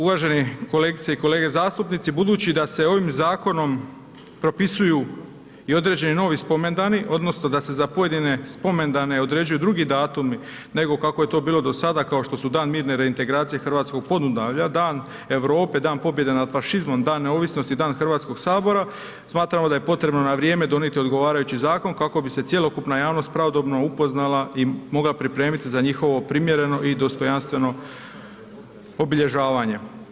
Uvažene kolegice i kolege zastupnici, budući da se ovim zakonom propisuju i određeni novi spomendani, odnosno da se za pojedine spomendane određuju drugi datumi nego kako je to bilo do sada kao što su Dan mirne reintegracije Hrvatskog Podunavlja, Dan Europe, Dan pobjede nad fašizmom, Dan neovisnosti i Dan Hrvatskog sabora smatramo da je potrebno na vrijeme donijeti odgovarajući zakon kako bi se cjelokupna javnost pravodobno upoznala i mogla pripremiti za njihovo primjereno i dostojanstveno obilježavanje.